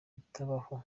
bitabaho